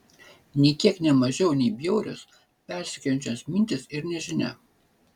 nė kiek ne mažiau nei bjaurios persekiojančios mintys ir nežinia